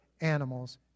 animals